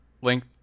link